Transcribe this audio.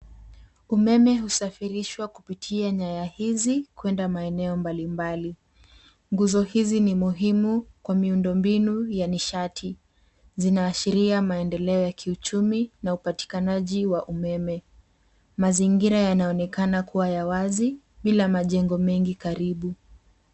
Umeme husafirishwa kupitia nyaya hizi kwenda maeneo mbalimbali. Nguzo hizi ni muhimu kwa miundombinu ya nishati. Zinaashiria maendeleo ya kiuchumi na upatikanaji wa umeme. Mazingira yanaonekana kuwa ya wazi, bila majengo mengi karibu.